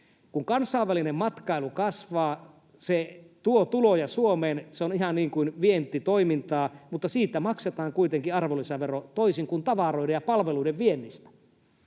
Kun kansainvälinen matkailu kasvaa, se tuo tuloja Suomeen — se on ihan niin kuin vientitoimintaa, mutta siitä maksetaan kuitenkin arvonlisävero, toisin kuin tavaroiden ja palveluiden viennistä.